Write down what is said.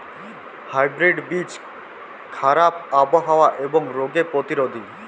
hybrid বীজ খারাপ আবহাওয়া এবং রোগে প্রতিরোধী